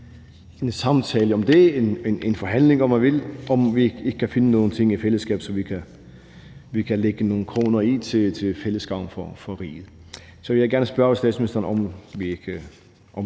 en samtale om det – en forhandling, om man vil, om vi ikke kan finde nogle ting i fællesskab, som vi kan lægge nogle kroner i til fælles gavn for riget. Så vil jeg gerne spørge ministeren, om vi også